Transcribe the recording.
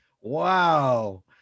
wow